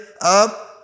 up